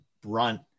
brunt